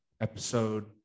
Episode